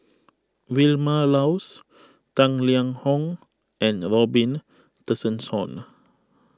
Vilma Laus Tang Liang Hong and Robin Tessensohn